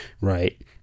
right